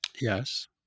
Yes